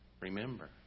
Remember